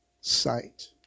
sight